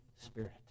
Spirit